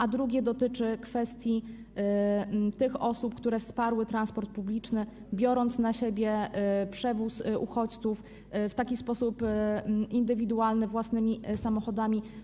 Kolejne pytanie dotyczy kwestii tych osób, które wsparły transport publiczny, biorąc na siebie przewóz uchodźców w taki sposób indywidualny, własnymi samochodami.